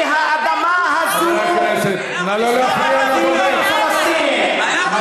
והאדמה הזאת היא ערבית ופלסטינית.